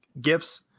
gifts